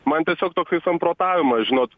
man tiesiog toksai samprotavimas žinot